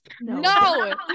No